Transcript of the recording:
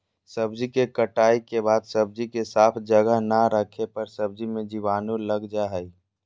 सब्जी के कटाई के बाद सब्जी के साफ जगह ना रखे पर सब्जी मे जीवाणु लग जा हय